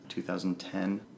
2010